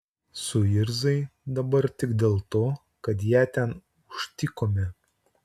suirzai dabar tik dėl to kad ją ten užtikome